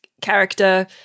character